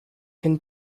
can